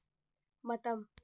ꯃꯇꯝ